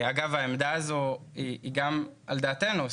אגב, העמדה הזו היא גם על דעתנו.